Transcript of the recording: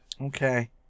Okay